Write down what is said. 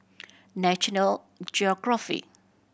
National Geographic